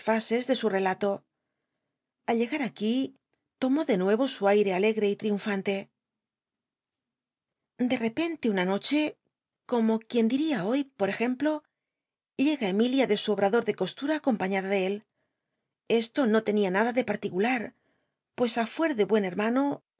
fases de su elato alllegat aquí tomó de nuc'o su aire alegre y triunfante de repente una noche como quien dil'ia hoy por ejemplo llega emilia de su obtador de costura acompañada de él esto no tenia nada de particular pues á fuet de buen hermano